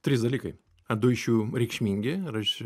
trys dalykai a du iš jų reikšmingi ir aš